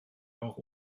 auch